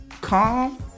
calm